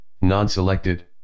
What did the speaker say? non-selected